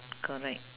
correct